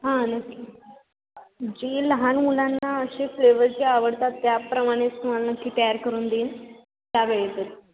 हां नक्की जी लहान मुलांना असे फ्लेवर जे आवडतात त्याप्रमाणेच तुम्हाला नक्की तयार करून देईन त्या वेळेतच